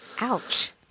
Ouch